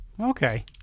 okay